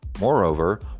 Moreover